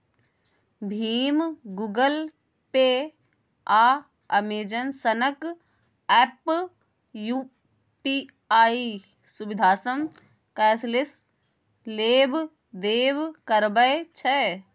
भीम, Google Pay, आ Amazon सनक app UPI सुविधासँ कैशलेस लेब देब करबै छै